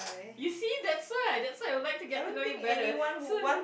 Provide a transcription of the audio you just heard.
you see that's why that's why I would like to get to know you better so